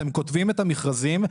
אתם כותבים את המכרזים,